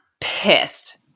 pissed